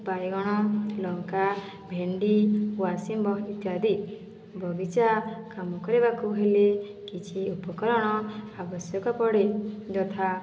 ବାଇଗଣ ଲଙ୍କା ଭେଣ୍ଡି ଗୁଆସିମ୍ବ ଇତ୍ୟାଦି ବଗିଚା କାମ କରିବାକୁ ହେଲେ କିଛି ଉପକରଣ ଆବଶ୍ୟକ ପଡ଼େ ଯଥା